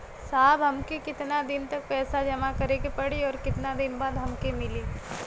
साहब हमके कितना दिन तक पैसा जमा करे के पड़ी और कितना दिन बाद हमके मिली?